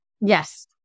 Yes